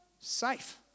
Safe